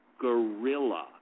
gorilla